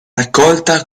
raccolta